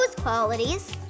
qualities